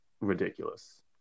ridiculous